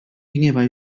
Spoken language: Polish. gniewaj